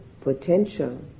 potential